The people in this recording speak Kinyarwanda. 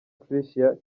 tricia